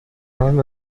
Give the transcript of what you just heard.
run